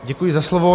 Děkuji za slovo.